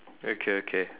okay okay